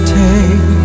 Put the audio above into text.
take